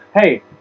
Hey